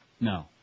No